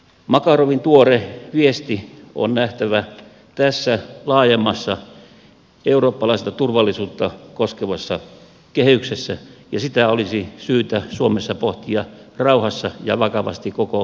makarovin tuore viesti on nähtävä tässä laajemmassa eurooppalaista turvallisuutta koskevassa kehyksessä ja sitä olisi syytä suomessa pohtia rauhassa ja vakavasti koko valtiojohdon